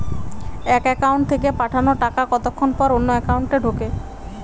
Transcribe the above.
এক একাউন্ট থেকে পাঠানো টাকা কতক্ষন পর অন্য একাউন্টে ঢোকে?